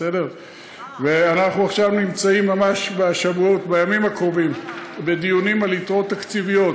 אנחנו עכשיו נמצאים ממש בימים הקרובים בדיונים על יתרות תקציביות,